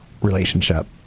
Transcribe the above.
relationship